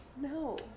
No